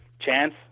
chance